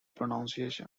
pronunciation